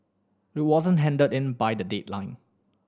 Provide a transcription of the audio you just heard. it wasn't handed in by the deadline